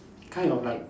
kind of like